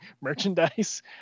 merchandise